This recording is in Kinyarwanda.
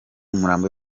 umurambo